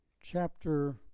chapter